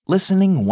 Listening